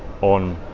on